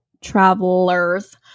travelers